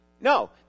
No